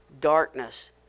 darkness